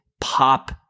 pop